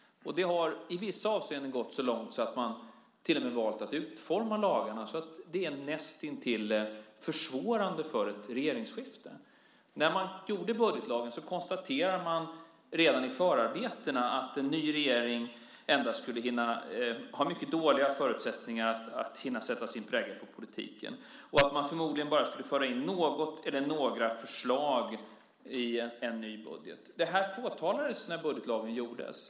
I vissa avseenden har det gått så långt att man till och med valt att utforma lagarna så att de nästintill är försvårande för ett regeringsskifte. När man gjorde budgetlagen konstaterade man redan i förarbetena att en ny regering skulle ha mycket dåliga förutsättningar att hinna sätta sin prägel på politiken och att regeringen förmodligen bara skulle föra in något eller några förslag i en ny budget. Det här påtalades när budgetlagen gjordes.